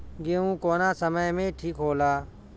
गेहू कौना समय मे ठिक होला?